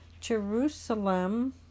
Jerusalem